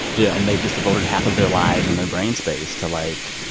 yeah. and they've just devoted half of their lives and their brain space to, like,